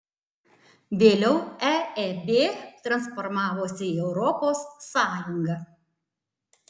vėliau eeb transformavosi į europos sąjungą